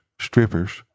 strippers